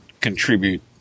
contribute